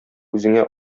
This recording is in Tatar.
үзеңә